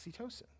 Oxytocin